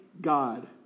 God